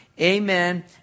Amen